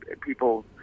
people